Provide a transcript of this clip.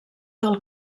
del